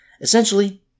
Essentially